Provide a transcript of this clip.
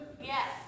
Yes